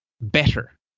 better